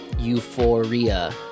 euphoria